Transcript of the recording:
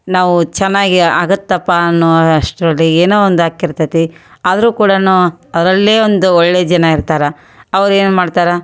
ನಾವು ಚೆನ್ನಾಗಿ ಆಗುತ್ತಪ್ಪ ಅನ್ನೋ ಅಷ್ಟರಲ್ಲಿ ಏನೋ ಒಂದು ಆಕ್ತಿರ್ತತಿ ಆದ್ರೂ ಕೂಡ ಅದರಲ್ಲೇ ಒಂದು ಒಳ್ಳೆಯ ಜನ ಇರ್ತಾರೆ ಅವ್ರೇನು ಮಾಡ್ತಾರೆ